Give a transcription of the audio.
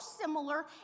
similar